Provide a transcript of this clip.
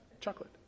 Chocolate